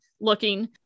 looking